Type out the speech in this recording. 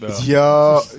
Yo